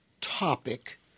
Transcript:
topic